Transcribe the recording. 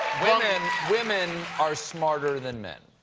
women women are smatter than men?